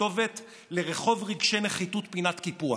הכתובת לרחוב רגשי נחיתות פינת קיפוח.